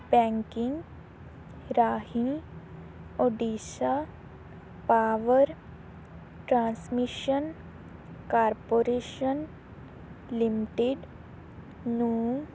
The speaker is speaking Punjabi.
ਬੈਕਿੰਗ ਰਾਹੀਂ Odisha power transmission corporation limited ਨੂੰ